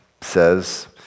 says